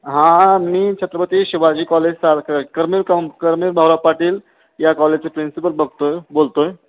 हां मी छत्रपती शिवाजी कॉलेजचा करमिल कम कर्मवीर भाऊराव पाटील या कॉलेजचे प्रिन्सिपल बघतो आहे बोलतो आहे